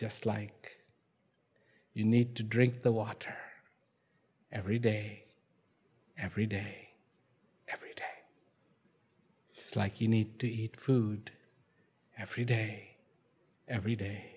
just like you need to drink the water every day every day every day slike you need to eat food every day every day